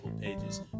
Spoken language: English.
pages